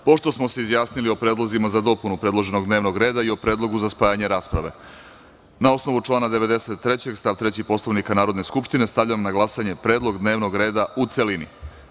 Pošto smo se izjasnili o predlozima za dopunu predloženog dnevnog reda i od predlogu za spajanje rasprave, na osnovu člana 93. stav 3. Poslovnika Narodne skupštine, stavljam na glasanje predlog dnevnog reda u celini.